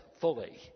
fully